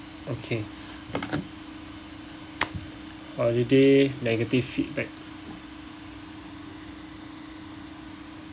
okay holiday negative feedback